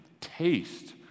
taste